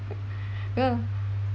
ya